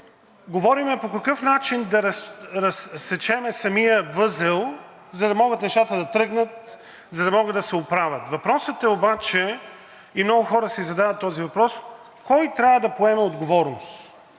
говорим по какъв начин да разсечем самия възел, за да могат нещата да тръгнат, за да могат да се оправят. Въпросът е обаче, и много хора си задават този въпрос, кой трябва да поеме отговорност?